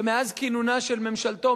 כשמאז כינונה של ממשלתו,